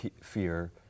fear